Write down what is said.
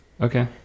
Okay